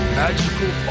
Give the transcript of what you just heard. magical